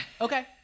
Okay